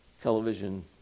television